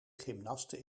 gymnaste